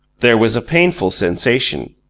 there was a painful sensation.